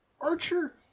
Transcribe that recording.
Archer